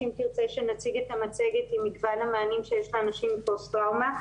אם תרצה שנציג את המצגת עם מגוון המענים שיש לאנשים עם פוסט-טראומה.